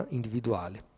individuale